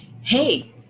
hey